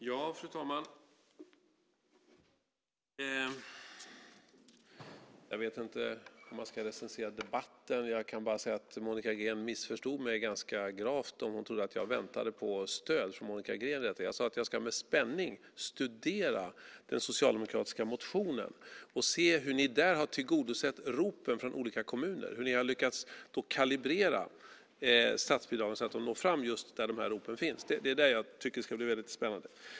Fru talman! Jag vet inte om man ska recensera debatten. Jag kan bara säga att Monica Green missförstod mig ganska gravt om hon trodde att jag väntade på stöd från Monica Green. Jag sade att jag med spänning ska studera den socialdemokratiska motionen och se hur ni kan tillmötesgå ropen från olika kommuner och hur ni har lyckats kalibrera statsbidragen så att de når fram just där ropen finns. Det ska bli väldigt spännande.